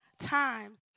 times